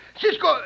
Cisco